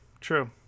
True